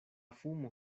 fumo